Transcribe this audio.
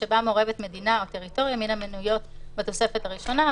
שבה מעורבת מדינה או טריטוריה מן המנויות בתוספת הראשונה,